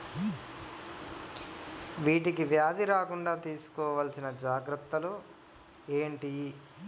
వీటికి వ్యాధి రాకుండా తీసుకోవాల్సిన జాగ్రత్తలు ఏంటియి?